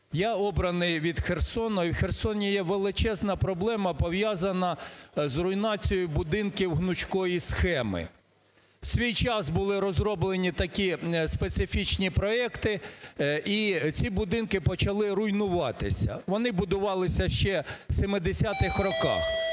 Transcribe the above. Я обраний від Херсона, і в Херсоні є величезна проблема, пов'язана з руйнацією будинків гнучкої схеми. В свій час були розроблені такі специфічні проекти, і ці будинки почали руйнуватися. Вони будувалися ще в 70-х роках.